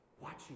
watching